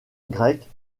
grecque